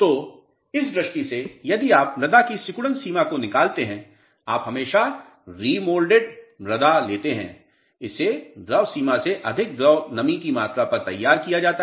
तो इस दृष्टि से यदि आप मृदा की सिकुड़न सीमा को निकालते हैं आप हमेशा रेमौल्डेड मृदा लेते हैं और इसे द्रव सीमा से अधिक द्रव नमी की मात्रा पर तैयार किया जाता है